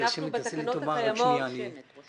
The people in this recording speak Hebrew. מה